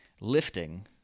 Lifting